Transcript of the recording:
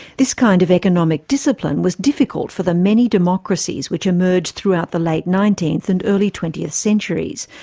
this kind of economic discipline was difficult for the many democracies which emerged throughout the late nineteenth and early twentieth centuries,